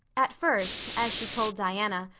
at first, as she told diana,